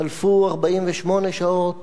חלפו 48 שעות,